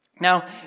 Now